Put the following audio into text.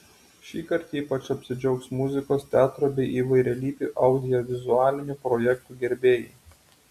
šįkart ypač apsidžiaugs muzikos teatro bei įvairialypių audiovizualinių projektų gerbėjai